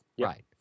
Right